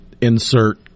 insert